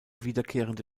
wiederkehrende